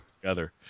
together